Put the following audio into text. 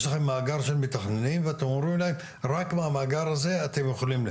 יש לכם מאגר של מתכננים ואתם אומרים להם רק מהמאגר הזה אתם יכולים,